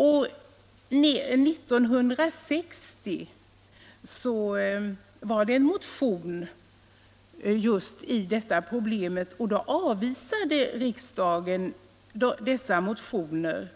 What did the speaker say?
Till 1960 års riksdag väcktes motioner om inkomstprövningens avskaffande men då avslog riksdagen motionerna